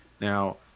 now